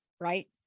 Right